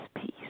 peace